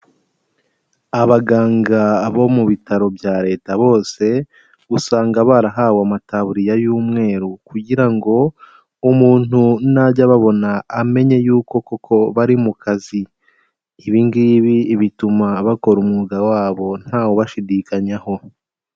Abaganga bo mu bitaro bya Leta bose usanga barahawe amataburiya y'umweru, kugira ngo umuntu najya ababona amenye yuko koko bari mu kazi. Ibi ngibi bituma bakora umwuga wabo ntawubashidikanyaho.